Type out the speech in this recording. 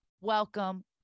Welcome